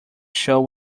show